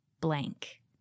blank